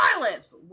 Violence